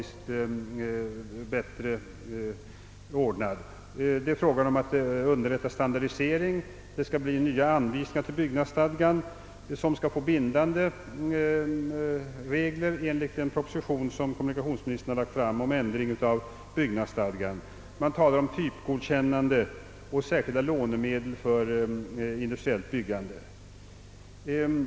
Standardiseringen skall underlättas, det skall utfärdas nya anvisningar till byggnadsstadgan vilka skall bli bindande enligt den proposition som kommunikationsministern har lagt fram. Man talar om typgodkännande och särskilda lånemedel för industriellt byggande.